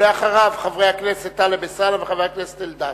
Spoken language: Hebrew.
לאחריו, חבר הכנסת טלב אלסאנע וחבר הכנסת אלדד.